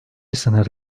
sınır